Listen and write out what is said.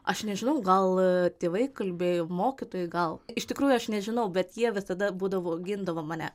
aš nežinau gal tėvai kalbėjo mokytojai gal iš tikrųjų aš nežinau bet jie visada būdavo gindavo mane